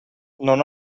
non